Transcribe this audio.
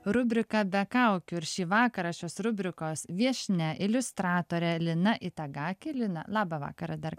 rubrika be kaukių ir šį vakarą šios rubrikos viešnia iliustratorė lina itagaki lina labą vakarą dar